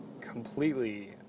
completely